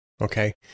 Okay